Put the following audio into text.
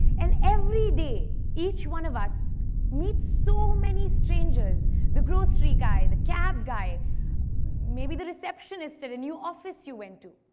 and every day each one of us meets so many strangers the grocery guy, the cab guy maybe the receptionist at a new office you went to.